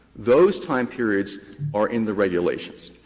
those time periods are in the regulations.